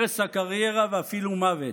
הרס הקריירה ואפילו מוות.